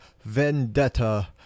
Vendetta